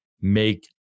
make